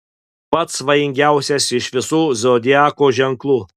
pats svajingiausias iš visų zodiako ženklų